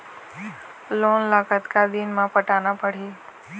Loan ला कतका दिन मे पटाना पड़ही?